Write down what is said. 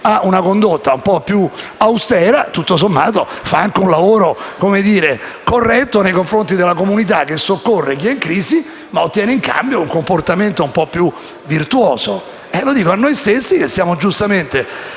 ha una condotta un po' più austera, tutto sommato si fa anche un lavoro corretto nei confronti della comunità che soccorre chi è in crisi, ma che ottiene in cambio un comportamento più virtuoso. Lo ricordo a noi stessi, che siamo giustamente